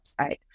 website